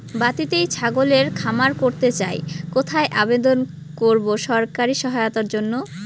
বাতিতেই ছাগলের খামার করতে চাই কোথায় আবেদন করব সরকারি সহায়তার জন্য?